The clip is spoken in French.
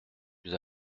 plus